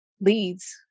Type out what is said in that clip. leads